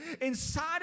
Inside